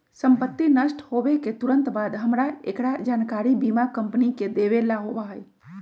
संपत्ति नष्ट होवे के तुरंत बाद हमरा एकरा जानकारी बीमा कंपनी के देवे ला होबा हई